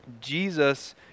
Jesus